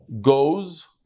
goes